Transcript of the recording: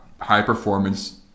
high-performance